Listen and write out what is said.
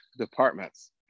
departments